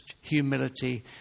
humility